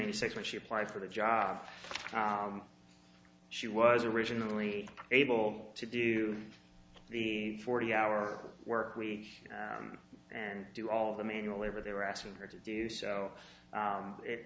eighty six when she applied for the job she was originally able to do the forty hour work week and do all the manual labor they were asking her to do so